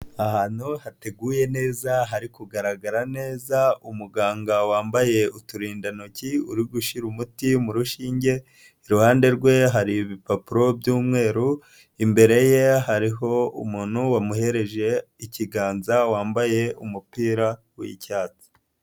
Ahantu hateguye neza hari kugaragara neza, umuganga wambaye uturindantoki uri gushyira umuti mu rushinge, iruhande rwe hari ibipapuro by'umweru, imbere ye hariho umuntu wamuhereje ikiganza wambaye umupira w'icyatsi.